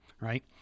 right